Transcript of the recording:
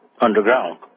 underground